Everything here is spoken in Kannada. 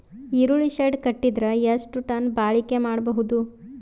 ಈರುಳ್ಳಿ ಶೆಡ್ ಕಟ್ಟಿದರ ಎಷ್ಟು ಟನ್ ಬಾಳಿಕೆ ಮಾಡಬಹುದು?